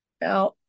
Now